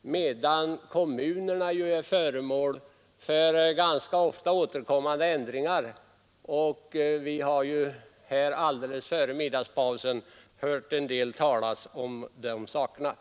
medan kommunerna ju är föremål för ganska ofta förekommande ändringar. Vi har här alldeles före middagspausen hört en del sägas om de sakerna.